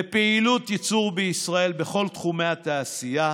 לפעילות ייצור בישראל בכל תחומי התעשייה,